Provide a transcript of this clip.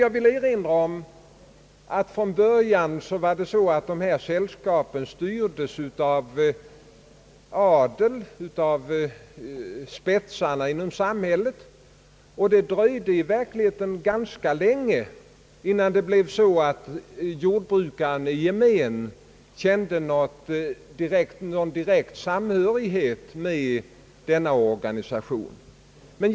Jag vill erinra om att dessa sällskap från början styrdes av adeln, av spetsarna inom samhället, och det dröjde i verkligheten ganska länge innan jordbrukaren i gemen kände någon direkt samhörighet med denna organisation.